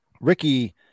Ricky